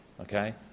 okay